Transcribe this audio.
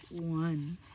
one